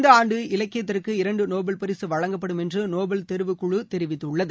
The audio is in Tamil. இந்த ஆண்டு இலக்கியத்திற்கு இரண்டு நோபல் பரிசு வழங்கப்படும் என்று நோபல் தேர்வுக்குழு தெரிவித்துள்ளது